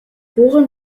worin